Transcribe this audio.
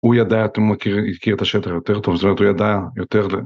הוא ידע, הכרי את השטח יותר טוב, זאת אומרת, הוא ידע יותר ל...